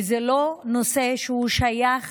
וזה לא נושא ששייך